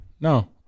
no